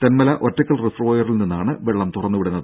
തെൻമല ഒറ്റക്കൽ റിസർവോയറിൽ നിന്നാണ് വെള്ളം തുറന്നുവിടുന്നത്